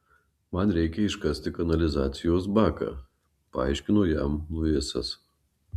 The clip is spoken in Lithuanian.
man reikia iškasti kanalizacijos baką paaiškino jam luisas